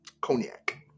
cognac